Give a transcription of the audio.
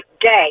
day